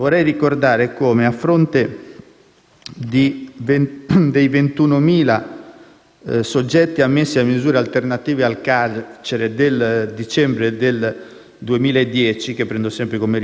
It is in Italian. dei 21.000 soggetti ammessi a misure alternative al carcere del dicembre del 2010 (che prendo sempre come anno di riferimento e punta massima della crisi),